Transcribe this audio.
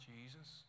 Jesus